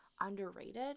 underrated